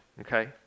okay